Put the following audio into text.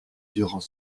durant